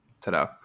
Ta-da